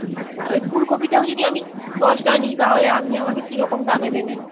আচ্ছা ওই ফুলকপিটাও যদি আমি দশটা নিই তাহলে আপনি আমাকে কীরকম দামে দেবেন